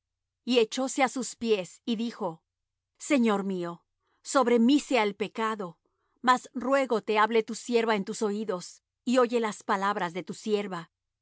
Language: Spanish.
y echóse á sus pies y dijo señor mío sobre mí sea el pecado mas ruégote hable tu sierva en tus oídos y oye las palabras de tu sierva